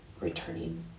returning